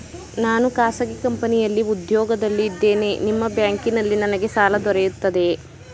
ನಾನು ಖಾಸಗಿ ಕಂಪನಿಯಲ್ಲಿ ಉದ್ಯೋಗದಲ್ಲಿ ಇದ್ದೇನೆ ನಿಮ್ಮ ಬ್ಯಾಂಕಿನಲ್ಲಿ ನನಗೆ ಸಾಲ ದೊರೆಯುತ್ತದೆಯೇ?